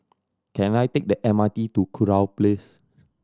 can I take the M R T to Kurau Place